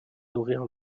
nourrir